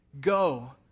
Go